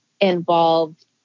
involved